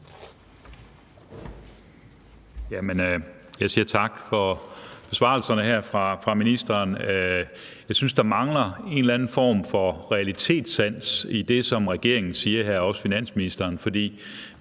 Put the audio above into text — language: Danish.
Jeg siger tak for besvarelserne fra ministeren. Jeg synes, der mangler en eller anden form for realitetssans i det, som regeringen og også finansministeren